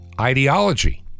ideology